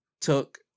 took